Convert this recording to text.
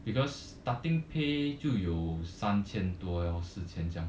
because starting pay 就有三千多四千这样